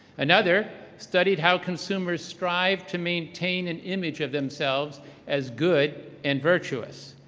another studied how consumers strive to maintain an image of themselves as good and virtuous.